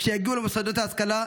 כשיגיעו למוסדות ההשכלה,